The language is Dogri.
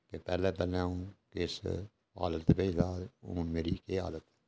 कि पैह्लें पैह्लें अ'ऊं किस हालत च रेहा हून मेरी केह् हालत ऐ